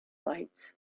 lights